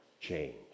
change